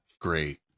Great